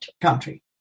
country